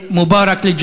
פרק ב',